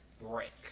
break